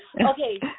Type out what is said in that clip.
Okay